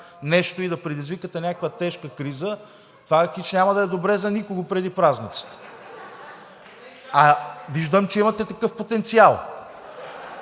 нещо и да предизвикате някаква тежка криза, това хич няма да е добре за никого преди празниците, а виждам, че имате такъв потенциал.